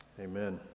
Amen